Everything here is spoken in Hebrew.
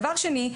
דבר שני,